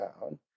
down